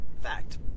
Fact